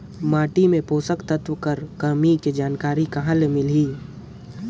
माटी मे पोषक तत्व कर कमी के जानकारी कहां ले मिलही?